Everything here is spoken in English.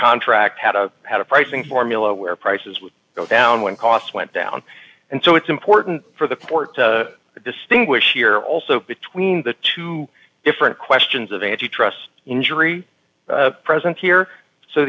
contract had a had a pricing formula where prices would go down when costs went down and so it's important for the port to distinguish here also between the two different questions of if you trust injury present here so